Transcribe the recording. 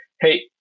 hey